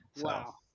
Wow